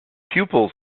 pupils